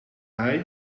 hij